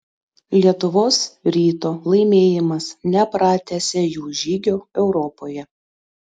lietuvos ryto laimėjimas nepratęsė jų žygio europoje